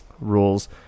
rules